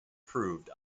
proved